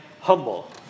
humble